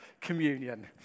communion